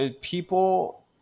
people